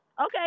Okay